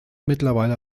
mittlerweile